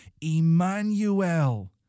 Emmanuel